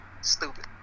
stupid